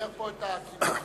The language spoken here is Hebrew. איך הממשלה